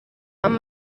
amb